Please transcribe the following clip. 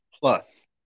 plus